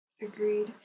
Agreed